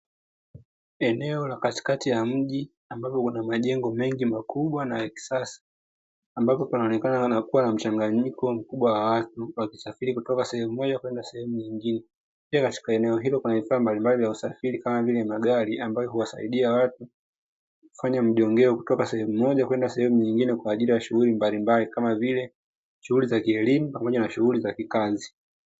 Eneo la katikati ya mji ambapo kuna majengo mengi makubwa na yakisasa ambapo kunaonekana kuwa na mchanganyiko mkubwa watu wakisafiri kutoka sehemu moja kwenda sehemu nyingine pia katika eneo hilo kuna vifaa mbalimbali vya usafiri kama vile magari, ambayo uwasaidia watu kufanya mjongeo kutoka sehemu moja kwenda sehemu nyingine kwaajili ya shuhuli mbalimbali kama vile shuhuli za kielimu pamoja na shuhuli za kikazi.